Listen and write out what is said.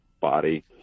body